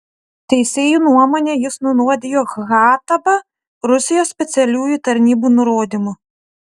teisėjų nuomone jis nunuodijo khattabą rusijos specialiųjų tarnybų nurodymu